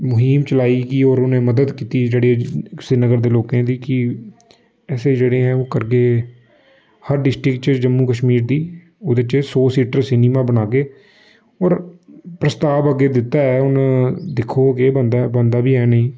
मुहिम चलाई कि होर उ'नें मदद कीती जेह्ड़े सिरीनगर दे लोकें दी कि असें जेह्ड़े ऐ ओह् करगे हर डिस्टिक च जम्मू कश्मीर दी सौ ओह्दे च सौ सीटर सिनेमा बनाह्गे होर प्रस्ताव अग्गे दित्ता ऐ हून दिक्खो अग्गें केह् बनदा ऐ बनदा बी ऐ नी